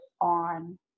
on